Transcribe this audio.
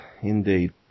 Indeed